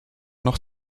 noch